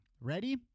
Ready